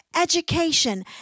Education